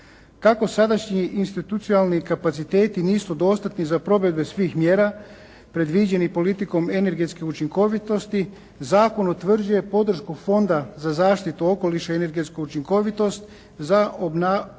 Kako sadašnji institucionalni kapaciteti nisu dostatni za provedbe svih mjera, predviđeni politikom energetske učinkovitosti Zakon utvrđuje podršku Fonda za zaštitu okoliša i energetsku učinkovitost za obavljanje